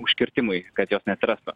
užkirtimui kad jos neatrastų